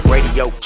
Radio